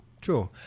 True